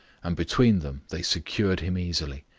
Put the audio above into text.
and between them they secured him easily.